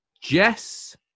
Jess